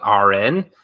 RN